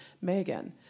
Megan